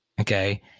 okay